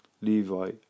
Levi